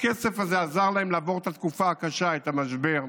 הכסף הזה עזר להם לעבור את התקופה הקשה, את המשבר,